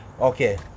okay